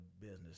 business